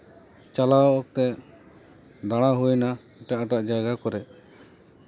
ᱪᱟᱞᱟᱣ ᱛᱮ ᱫᱟᱬᱟ ᱦᱩᱭᱱᱟ ᱮᱴᱟᱜ ᱮᱴᱟᱜ ᱡᱟᱭᱜᱟ ᱠᱚᱨᱮ